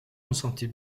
consentit